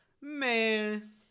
Man